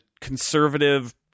conservative